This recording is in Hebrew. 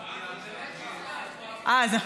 זה לא מונדיאל, זה הבוגד.